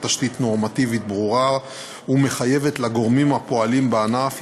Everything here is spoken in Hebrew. תשתית נורמטיבית ברורה ומחייבת לגורמים הפועלים בענף,